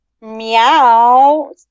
Meow